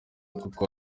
koko